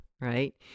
right